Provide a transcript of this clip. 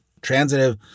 transitive